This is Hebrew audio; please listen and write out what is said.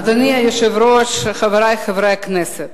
אדוני היושב-ראש, חברי חברי הכנסת,